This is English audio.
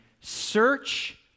search